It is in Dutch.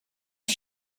een